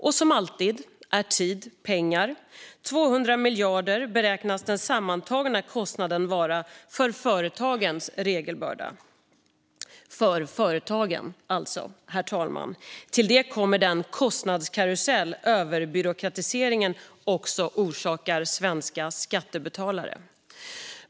Tid är pengar, som alltid. 200 miljarder beräknas den sammantagna kostnaden vara för företagens regelbörda - för företagen, alltså, herr talman! Till det kommer den kostnadskarusell överbyråkratiseringen också orsakar svenska skattebetalare.